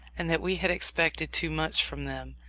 and that we had expected too much from them.